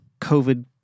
COVID